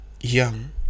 young